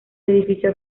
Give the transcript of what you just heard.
edificio